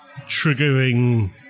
triggering